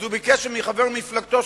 אז הוא ביקש מחבר מפלגתו,